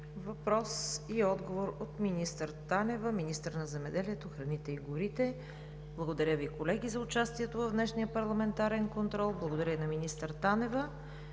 въпрос и отговор от министър Танева – министър на земеделието, храните и горите. Колеги, благодаря Ви за участието в днешния парламентарен контрол, благодаря и на министър Танева.